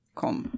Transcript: kom